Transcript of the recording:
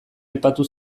aipatu